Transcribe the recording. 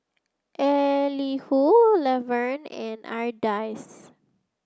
Elihu Laverne and Ardyce